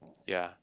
yea